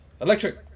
Electric